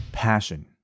passion